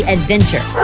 Adventure